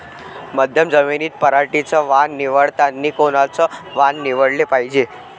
मध्यम जमीनीत पराटीचं वान निवडतानी कोनचं वान निवडाले पायजे?